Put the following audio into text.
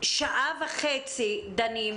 שעה וחצי דנים,